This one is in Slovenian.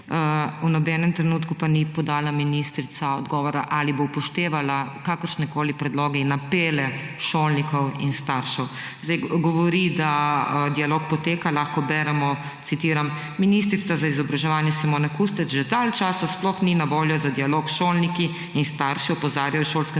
V nobenem trenutku pa ni podala ministrica odgovora, ali bo upoštevala kakršnekoli predloge in apele šolnikov in staršev. Zdaj govori, da dialog poteka. Lahko beremo, citiram: »Ministrica za izobraževanje Simona Kustec že dalj časa sploh ni na voljo za dialog s šolniki in starši, opozarjajo v šolskem